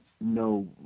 no